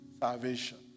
salvation